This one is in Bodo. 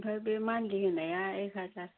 ओमफ्राय बे मानलि होनाया एक हाजार